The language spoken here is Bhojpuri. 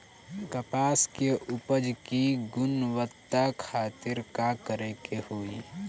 कपास के उपज की गुणवत्ता खातिर का करेके होई?